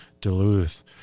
Duluth